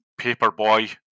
Paperboy